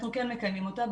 אנחנו כן מקיימים אותה,